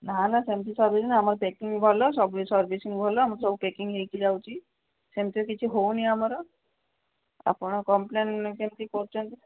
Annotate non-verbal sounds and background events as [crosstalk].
ନା ନା ସେମିତି [unintelligible] ଆମର ପ୍ୟାକିଙ୍ଗ ଭଲ ସବୁ ସର୍ଭିସିଙ୍ଗ ଭଲ ଆମର ସବୁ ପ୍ୟାକିଙ୍ଗ ହେଇକି ଯାଉଛି ସେମିତି କିଛି ହେଉନି ଆମର ଆପଣ କମ୍ପ୍ଲେନ୍ କେମିତି କରୁଛନ୍ତି